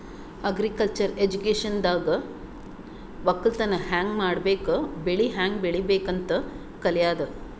agriculture ಎಜುಕೇಶನ್ದಾಗ್ ವಕ್ಕಲತನ್ ಹ್ಯಾಂಗ್ ಮಾಡ್ಬೇಕ್ ಬೆಳಿ ಹ್ಯಾಂಗ್ ಬೆಳಿಬೇಕ್ ಅಂತ್ ಕಲ್ಯಾದು